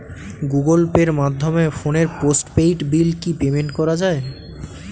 Google পের মাধ্যমে ফোনের পোষ্টপেইড বিল কি পেমেন্ট করা যায়?